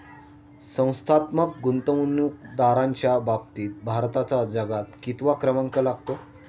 संस्थात्मक गुंतवणूकदारांच्या बाबतीत भारताचा जगात कितवा क्रमांक लागतो?